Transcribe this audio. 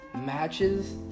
matches